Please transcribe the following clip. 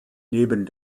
neben